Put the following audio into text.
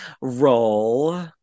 roll